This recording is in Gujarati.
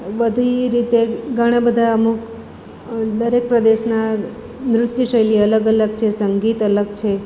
બધી રીતે ઘણા બધા અમુક દરેક પ્રદેશના નૃત્ય શૈલી અલગ અલગ છે સંગીત અલગ છે